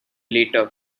later